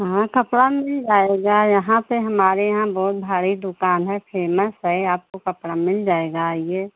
हँ कपड़ा मिल जाएगा यहाँ पर हमारे यहाँ बहुत भारी दुक़ान है फेमस है आपको कपड़ा मिल जाएगा आइए